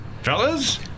Fellas